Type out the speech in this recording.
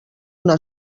una